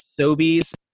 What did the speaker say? Sobeys